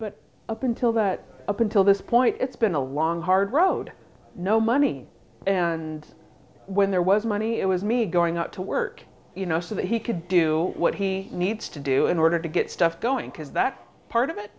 but up until that up until this point it's been a long hard road no money and when there was money it was me going out to work you know so that he could do what he needs to do in order to get stuff going because that part of it